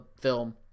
film